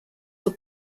were